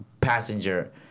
passenger